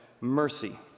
mercy